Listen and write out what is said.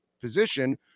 position